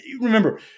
Remember